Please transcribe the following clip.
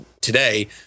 today